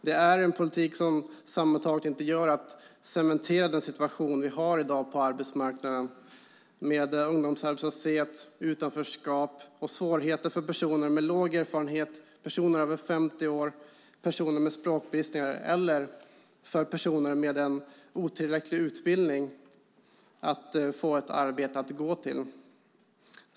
Det är en politik som sammantaget inte gör annat än att cementera den situation vi har på arbetsmarknaden i dag med ungdomsarbetslöshet, utanförskap och svårigheter för personer med låg erfarenhet, personer över 50 år, personer med språkförbistringar eller personer med en otillräcklig utbildning att få ett arbete att gå till.